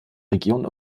region